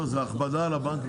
לא זו הכבדה על הבנקים.